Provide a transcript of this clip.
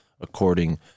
according